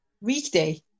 Weekday